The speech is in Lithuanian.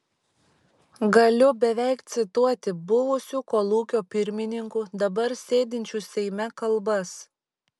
galiu beveik cituoti buvusių kolūkio pirmininkų dabar sėdinčių seime kalbas